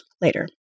later